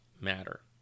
matter